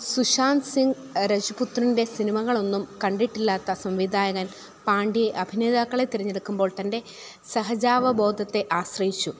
സുശാന്ത് സിംഗ് രജ്പുത്രൻ്റെ സിനിമകളൊന്നും കണ്ടിട്ടില്ലാത്ത സംവിധായകൻ പാണ്ഡെ അഭിനേതാക്കളെ തിരഞ്ഞെടുക്കുമ്പോൾ തൻ്റെ സഹജാവബോധത്തെ ആശ്രയിച്ചു